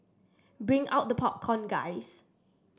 bring out the popcorn guys